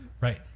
Right